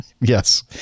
yes